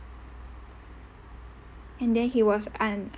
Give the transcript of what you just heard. and then he was un~